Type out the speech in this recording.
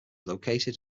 located